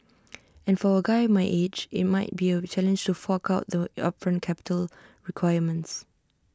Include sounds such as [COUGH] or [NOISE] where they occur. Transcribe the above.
and for A guy my age [UNINTELLIGIBLE] IT might be A challenge for fork out the upfront capital requirements